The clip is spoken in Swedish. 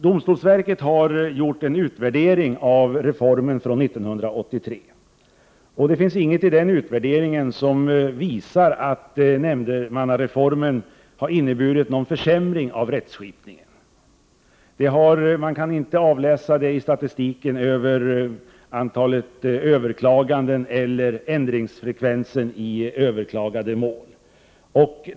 Domstolsverket har gjort en utvärdering av reformen från 1983. Det finns ingenting i den utvärderingen som visar att nämndemannareformen har inneburit någon försämring av rättskipningen. Man kan inte utläsa något sådant av statistiken över antalet överklaganden eller ändringsfrekvensen i överklagade mål.